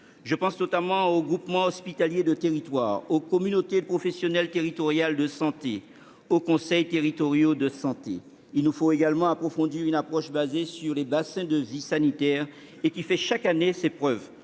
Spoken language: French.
Je pense, notamment, aux groupements hospitaliers de territoire (GHT), aux communautés professionnelles territoriales de santé (CPTS) et aux conseils territoriaux de santé (CTS). Il nous faut également approfondir une approche fondée sur les bassins de vie sanitaires, qui fait chaque année ses preuves